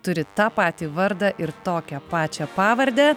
turi tą patį vardą ir tokią pačią pavardę